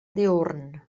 diürn